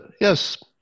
Yes